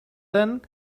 then